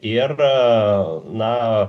ir na